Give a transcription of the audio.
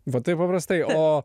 va taip paprastai o